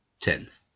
Tenth